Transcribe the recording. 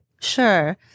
Sure